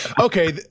Okay